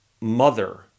mother